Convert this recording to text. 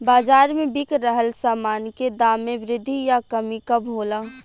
बाज़ार में बिक रहल सामान के दाम में वृद्धि या कमी कब होला?